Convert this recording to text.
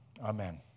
Amen